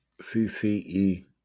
C-C-E